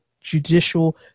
Judicial